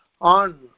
on